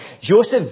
Joseph